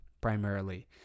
Primarily